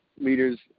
leaders